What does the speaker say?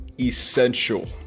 essential